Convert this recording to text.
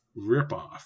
ripoff